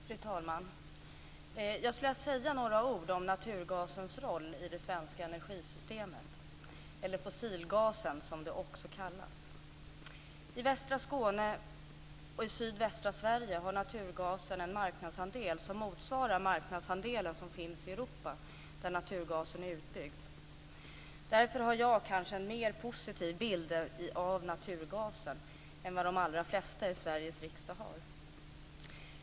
Fru talman! Jag skulle vilja säga några ord om naturgasens - eller fossilgasens som den också kallas I västra Skåne och i sydvästra Sverige har naturgasen en marknadsandel som motsvarar marknadsandelen i Europa där naturgasen är utbyggd. Därför har jag kanske en mer positiv bild av naturgasen än vad de allra flesta i Sveriges riksdag har.